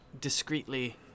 discreetly